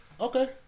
Okay